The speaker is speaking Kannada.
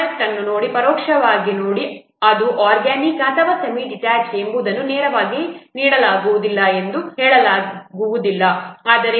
ಪ್ರೊಡಕ್ಟ್ನನ್ನು ನೋಡಿ ಪರೋಕ್ಷವಾಗಿ ನೋಡಿ ಅದು ಆರ್ಗ್ಯಾನಿಕ್ ಅಥವಾ ಸೆಮಿ ಡಿಟ್ಯಾಚ್ಗೆ ಎಂಬುದನ್ನು ನೇರವಾಗಿ ನೀಡಲಾಗುವುದಿಲ್ಲ ಎಂದು ಹೇಳಲಾಗುವುದಿಲ್ಲ ಆದರೆ ಇದು ಬಿಸ್ನಸ್ ಅಪ್ಲಿಕೇಶನ್ ಆಗಿದೆ